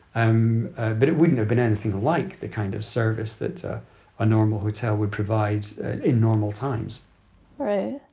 um but it wouldn't have been anything like the kind of service that a normal hotel would provide in normal times right.